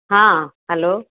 ହଁ ହ୍ୟାଲୋ